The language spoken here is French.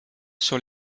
sur